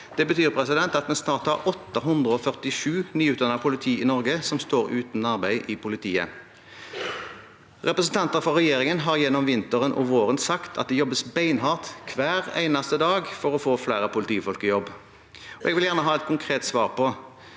Det betyr at vi snart har 847 nyutdannede politi i Norge som står uten arbeid i politiet. Representanter fra regjeringen har gjennom vinteren og våren sagt at det jobbes beinhardt hver eneste dag for å få flere politifolk i jobb. Jeg vil gjerne ha et konkret svar på